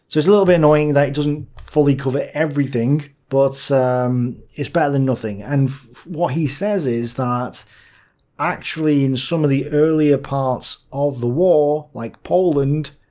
little bit annoying that it doesn't fully cover everything. but it's better than nothing. and what he says is that actually in some of the earlier parts of the war, like poland,